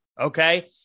Okay